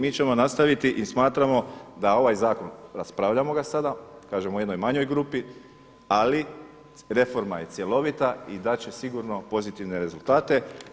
Mi ćemo nastaviti i smatramo da ovaj zakon raspravljamo ga sada kažem u jednoj manjoj grupi, ali reforma je cjelovita i dat će sigurno pozitivne rezultate.